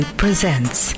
presents